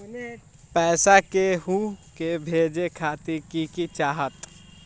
पैसा के हु के भेजे खातीर की की चाहत?